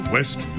West